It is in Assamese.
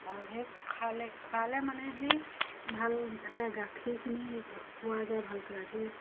আৰু সেই খালে খুৱালে মানে সেই ভাল এটা গাখীৰখিনি পোৱা যায় ভালকে আজি